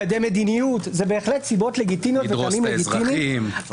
לקדם מדיניות זה בהחלט סיבות לגיטימיות -- לדרוס את האזרחים.